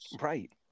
Right